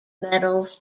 medals